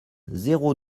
zéro